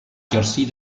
exercir